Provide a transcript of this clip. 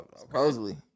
Supposedly